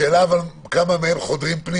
השאלה היא כמה מהם חודרים פנימה.